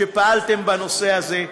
שפעלתם בנושא הזה,